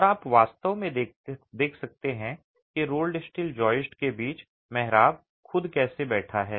और आप वास्तव में देख सकते हैं कि रोल्ड स्टील जॉयिस्ट के बीच मेहराब खुद कैसे बैठा है